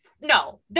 no